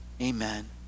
amen